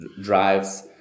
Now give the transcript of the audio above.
drives